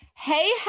Hey